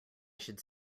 should